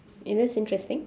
eh that's interesting